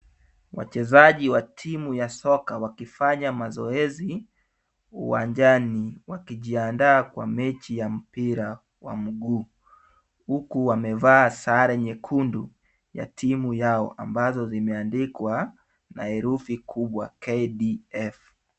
Wachezaji wa timu ya soka wakifanya mazoezi uwanjani, wakijiandaa kwa mechi ya mpira wa mguu, huku wamevaa sare nyekundu ya timu yao ambazo zimeandikwa na herufi kubwa KDF.